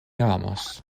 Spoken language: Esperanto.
amas